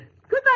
Goodbye